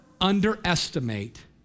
underestimate